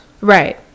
Right